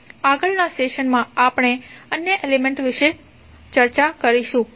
આગળના સેશનમાં આપણે અન્ય એલિમેન્ટ વિશે વધુ ચર્ચા કરીશું